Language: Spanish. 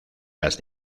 las